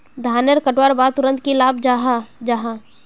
धानेर कटवार बाद तुरंत की लगा जाहा जाहा?